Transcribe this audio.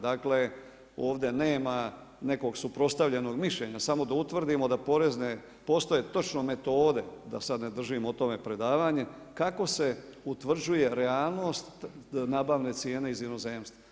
Dakle, ovdje nema nekog suprotstavljenog mišljenja, samo da utvrdimo da porezne postoje točno metode, da sa d ne držim o tome predavanje, kako se utvrđuje realnost nabavne cijene iz inozemstva.